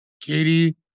Katie